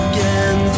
Again